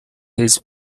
his